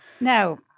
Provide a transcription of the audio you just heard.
Now